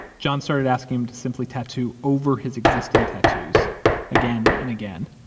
john started asking him to simply tattoo over his existing tattoos again and again.